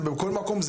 זה בכל מקום פוגע.